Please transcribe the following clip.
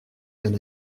qu’un